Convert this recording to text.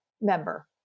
member